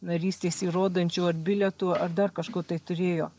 narystės įrodančių ar bilietų ar dar kažko tai turėjo